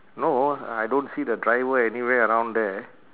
no I don't see the driver anywhere around there